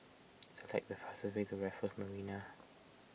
select the fastest way to Raffles Marina